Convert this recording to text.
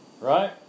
Right